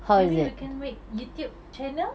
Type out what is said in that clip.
maybe you can make YouTube channel